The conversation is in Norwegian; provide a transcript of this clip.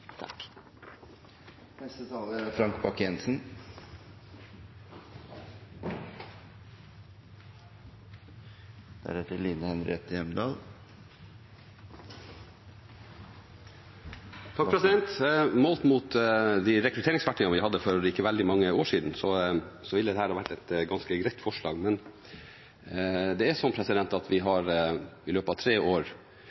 Målt mot de rekrutteringsverktøyene vi hadde for ikke veldig mange år siden, ville dette ha vært et ganske greit forslag, men det er slik at vi